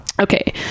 Okay